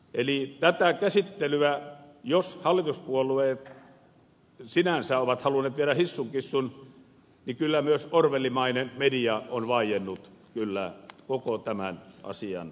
eli jos hallituspuolueet sinänsä ovat halunneet viedä tätä käsittelyä hissun kissun niin kyllä myös orwellmainen media on vaiennut koko tämän asian ajan